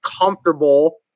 comfortable